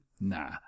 nah